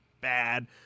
bad